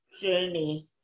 journey